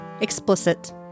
Explicit